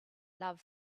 love